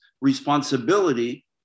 responsibility